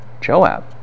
Joab